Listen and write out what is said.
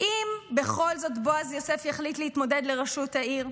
אם בכל זאת בועז יוסף יחליט להתמודד לראשות העיר,